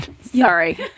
Sorry